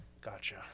Gotcha